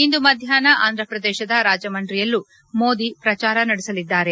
ಇಂದು ಮಧ್ಯಾಹ್ನ ಆಂಧ್ರಪ್ರದೇಶದ ರಾಜಮಂಡ್ರಿಯಲ್ಲೂ ಮೋದಿ ಪ್ರಚಾರ ನಡೆಸಲಿದ್ದಾರೆ